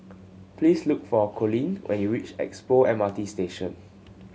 please look for Coleen when you reach Expo M R T Station